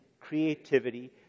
creativity